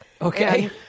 Okay